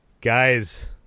guys